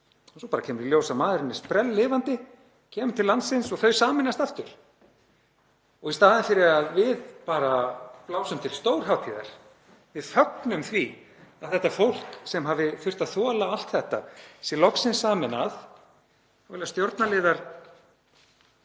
en svo bara kemur í ljós að maðurinn er sprelllifandi, kemur til landsins og þau sameinast aftur. Í staðinn fyrir að við blásum til stórhátíðar og fögnum því að þetta fólk sem hafi þurft að þola allt þetta sé loksins sameinað setja stjórnarliðar